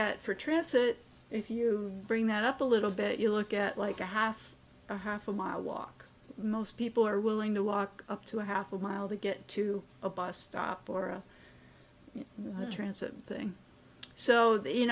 at for transit if you bring that up a little bit you look at like a half a half a mile walk most people are willing to walk up to a half a mile to get to a bus stop or a transit thing so